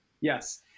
yes